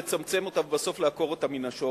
לצמצם אותה ובסוף לעקור אותה מן השורש,